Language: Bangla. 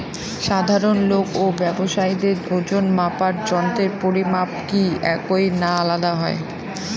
সাধারণ লোক ও ব্যাবসায়ীদের ওজনমাপার যন্ত্রের পরিমাপ কি একই না আলাদা হয়?